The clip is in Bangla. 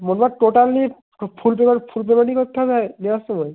মোটমাট টোটালি ফুল পেমেন্ট ফুল পেমেন্টই করতে হবে নেওয়ার সময়